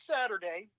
Saturday